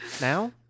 Now